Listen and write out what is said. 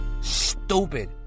stupid